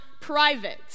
private